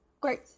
Great